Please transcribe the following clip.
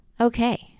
Okay